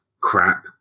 crap